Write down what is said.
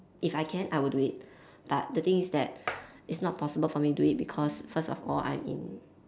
if I can I will do it but the thing is that it's not possible for me to do it because first of all I'm in